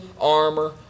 armor